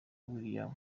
william